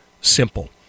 simple